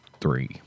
three